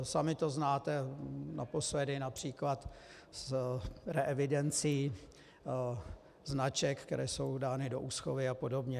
Sami to znáte, naposledy například s reevidencí značek, které jsou dány do úschovy a podobně.